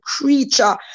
creature